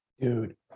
dude